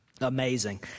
Amazing